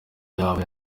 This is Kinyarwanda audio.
yaba